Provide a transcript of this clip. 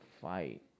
fight